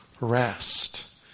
rest